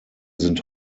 sind